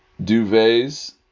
Duvets